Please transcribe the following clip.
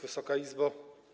Wysoka Izbo!